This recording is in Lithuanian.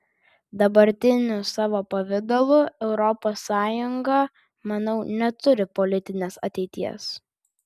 dabartiniu savo pavidalu europos sąjunga manau neturi politinės ateities